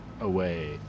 away